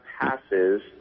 passes